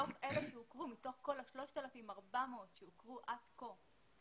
מתוך אלה שהוכרו, מתוך כל ה-3,400 שהוכרו עד כה.